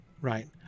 right